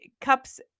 cups